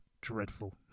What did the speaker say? dreadful